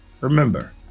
Remember